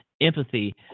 empathy